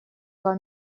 два